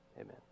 Amen